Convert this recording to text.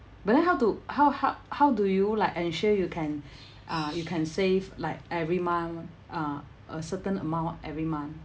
but then how to how how how do you like ensure you can uh you can save like every month uh a certain amount every month